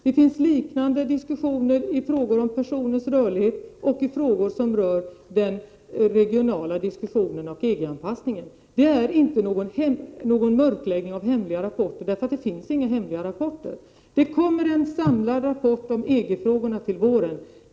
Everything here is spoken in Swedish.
Det finns liknande diskussioner i frågor om personers rörlighet och i frågor som rör den regionala diskussionen och EG-anpassningen. Det är inte fråga om någon mörkläggning av hemliga rapporter, för det finns inga sådana. Det kommer en samlad rapport om EG-frågorna till våren.